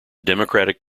democratic